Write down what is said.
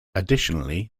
additionally